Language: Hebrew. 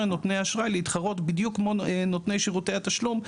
לנותני האשראי להתחרות בדיוק כמו נותני שירותי התשלום,